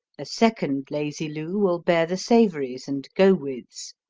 a second lazy lou will bear the savories and go-withs.